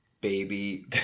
Baby